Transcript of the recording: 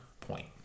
point